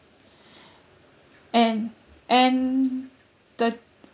and and the